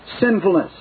sinfulness